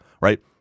right